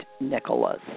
Nicholas